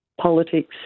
politics